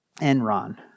Enron